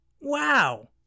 Wow